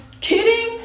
kidding